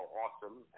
awesome